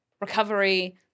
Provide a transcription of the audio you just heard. recovery